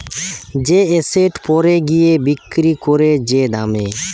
যে এসেট পরে গিয়ে বিক্রি করে যে দামে